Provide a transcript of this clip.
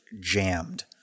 jammed